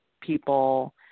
people